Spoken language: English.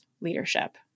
leadership